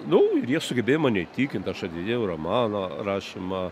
nu ir jie sugebėjo mane įtikint aš atidėjau romano rašymą